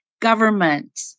government